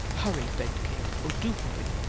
hurry! begged kate. oh, do hurry!